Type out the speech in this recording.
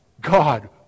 God